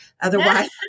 Otherwise